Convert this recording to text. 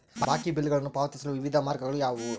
ಬಾಕಿ ಬಿಲ್ಗಳನ್ನು ಪಾವತಿಸಲು ವಿವಿಧ ಮಾರ್ಗಗಳು ಯಾವುವು?